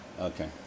Okay